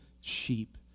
sheep